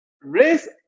raise